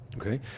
Okay